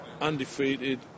Undefeated